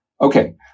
Okay